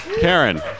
Karen